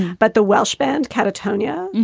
but the welsh band catatonia